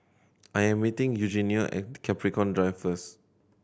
I am meeting Eugenio at Capricorn Drive first